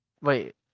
wait